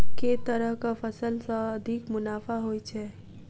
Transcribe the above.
केँ तरहक फसल सऽ अधिक मुनाफा होइ छै?